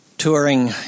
touring